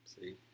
See